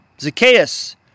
Zacchaeus